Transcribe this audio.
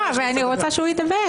לא, אבל אני רוצה שהוא ידבר.